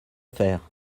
faire